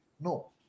No